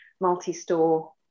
multi-store